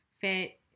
fit